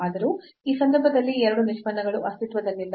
ಆದರೂ ಈ ಸಂದರ್ಭದಲ್ಲಿ ಎರಡೂ ನಿಷ್ಪನ್ನಗಳು ಅಸ್ತಿತ್ವದಲ್ಲಿಲ್ಲ